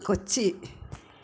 Kochi